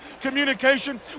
communication